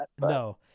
No